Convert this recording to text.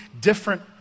different